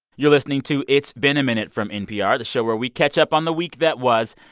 you're listening to it's been a minute from npr, the show where we catch up on the week that was.